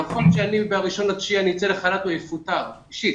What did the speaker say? נכון שב-1.9 אצא לחל"ת או אפוטר, אישית.